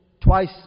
twice